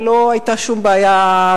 לא היתה שום בעיה,